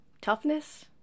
toughness